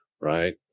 right